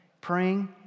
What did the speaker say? praying